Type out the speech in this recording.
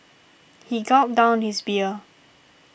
he gulped down his beer